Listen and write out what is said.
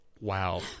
wow